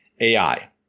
AI